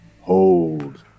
hold